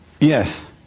Yes